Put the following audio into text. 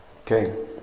Okay